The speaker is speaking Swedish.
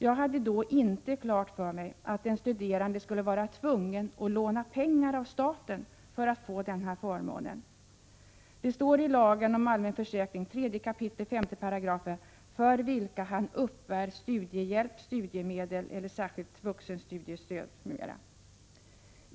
Jag hade då inte klart för mig att den studerande skulle vara tvungen att låna pengar av staten för att få denna förmån. Det står i lagen om allmän försäkring 3 kap. 5 § ”studier, för vilka han uppbär studiehjälp, studiemedel eller särskilt vuxenstudiestöd”.